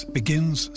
begins